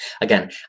Again